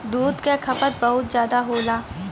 दूध क खपत भी बहुत जादा होला